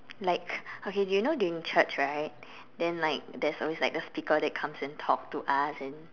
like okay you know during church right then like there is always like a speaker that comes and talk to us and